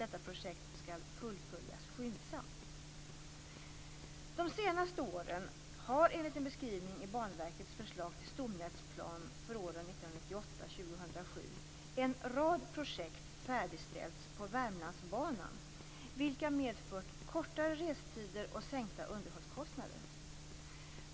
De senaste åren har, enligt en beskrivning i Banverkets förslag till stomnätsplan för åren 1998-2007, en rad projekt färdigställts på Värmlandsbanan vilka medfört kortare restider och sänkta underhållskostnader.